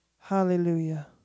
Hallelujah